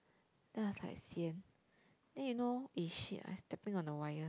then I was like sian then you know eh shit I stepping on the wire